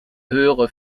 höhere